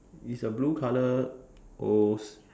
it's a blue colour O's